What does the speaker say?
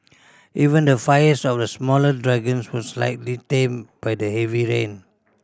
even the fires of the smaller dragons were slightly tamed by the heavy rain